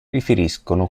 riferiscono